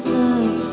love